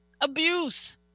abuse